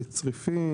צריפין,